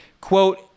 quote